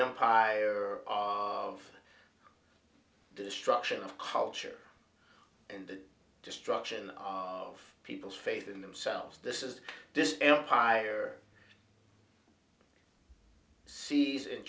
empire of destruction of culture and the destruction of people's faith in themselves this is this empire sees in